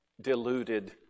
deluded